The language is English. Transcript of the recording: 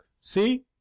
see